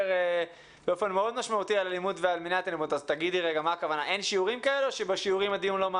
באופן כללי של אזרחים בישראל גם אם זה לפעמים נגד